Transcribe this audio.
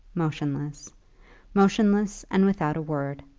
motionless motionless, and without a word.